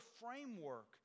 framework